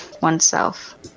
oneself